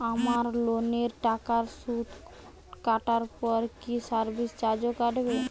আমার লোনের টাকার সুদ কাটারপর কি সার্ভিস চার্জও কাটবে?